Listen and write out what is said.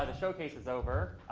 ah showcase is over,